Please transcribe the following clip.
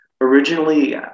originally